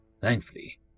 Thankfully